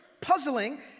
puzzling